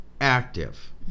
active